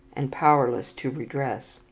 and powerless to redress.